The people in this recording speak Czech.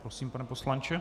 Prosím, pane poslanče.